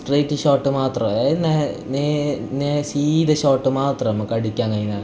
straight shot മാത്രം അതായത് നേ നേരെ നേ സീദ ഷോട്ട് മാത്രമേ നമുക്ക് അടിക്കാൻ കഴിഞ്ഞ